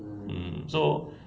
mm so